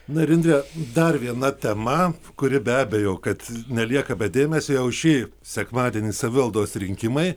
na ir indre dar viena tema kuri be abejo kad nelieka be dėmesio jau šį sekmadienį savivaldos rinkimai